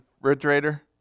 refrigerator